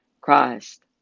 Christ